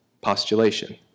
postulation